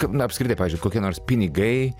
kaip na apskritai pavyzdžiui kokie nors pinigai